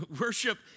Worship